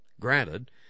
Granted